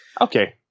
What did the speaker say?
Okay